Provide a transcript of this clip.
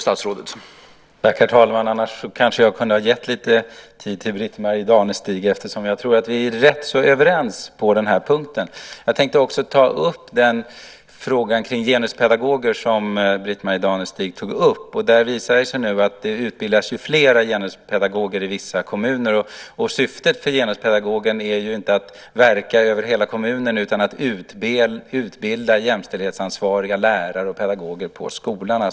Herr talman! Jag kunde kanske ha gett Britt-Marie Danestig lite talartid eftersom jag tror att vi är rätt överens på den här punkten. Jag tänker också ta upp frågan om genuspedagoger, som Britt-Marie Danestig berörde. Det visar sig nu att det i vissa kommuner utbildas fler genuspedagoger. Syftet med genuspedagogen är inte att denne ska verka över hela kommunen utan denne ska utbilda jämställdhetsansvariga lärare och pedagoger på skolorna.